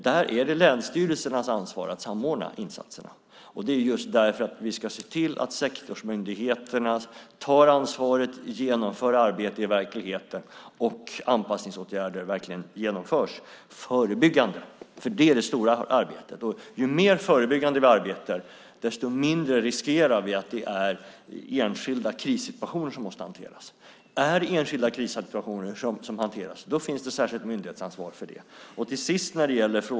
Där är det länsstyrelsernas ansvar att samordna insatserna. Det är just för att vi ska se till att sektorsmyndigheterna tar ansvaret, genomför arbetet i verkligheten och att anpassningsåtgärderna verkligen genomförs förebyggande. Det är det stora arbetet. Ju mer förebyggande vi arbetar, desto mindre risk att det är enskilda krissituationer som måste hanteras. Är det enskilda krissituationer som hanteras finns det ett särskilt myndighetsansvar för det.